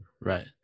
Right